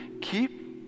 keep